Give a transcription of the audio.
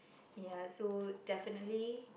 ya so definitely